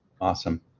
Awesome